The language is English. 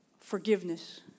forgiveness